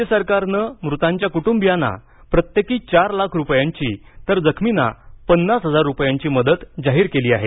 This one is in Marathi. राज्य सरकारनं मृतांच्या कुटुंबीयांना प्रत्येकी चार लाख रुपयांची तर जखमींना पन्नास हजार रुपयांची मदत जाहीर केली आहे